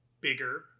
bigger